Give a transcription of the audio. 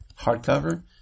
hardcover